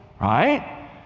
right